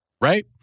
right